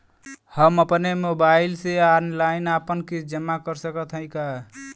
हम अपने मोबाइल से ऑनलाइन आपन किस्त जमा कर सकत हई का?